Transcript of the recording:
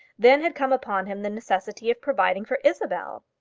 then had come upon him the necessity of providing for isabel.